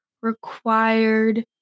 required